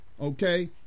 Okay